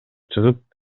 чыгып